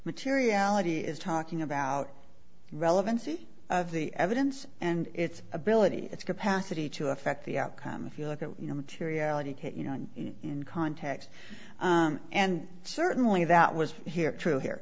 materiality is talking about relevancy of the evidence and its ability its capacity to affect the outcome if you look at you know materiality you know in context and certainly that was here true here